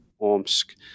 Omsk